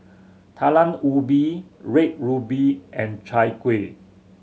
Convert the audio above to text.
Talam Ubi Red Ruby and Chai Kuih